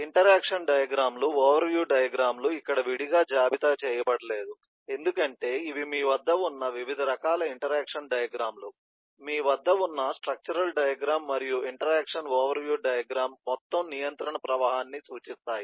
interaction diagram లు overview diagram లు ఇక్కడ విడిగా జాబితా చేయబడలేదు ఎందుకంటే ఇవి మీ వద్ద ఉన్న వివిధ రకాల ఇంటరాక్షన్ డయాగ్రమ్ లు మీ వద్ద ఉన్న స్ట్రక్చరల్ డయాగ్రమ్ మరియు ఇంటరాక్షన్ ఓవర్ వ్యూ డయాగ్రమ్ మొత్తం నియంత్రణ ప్రవాహాన్ని సూచిస్తాయి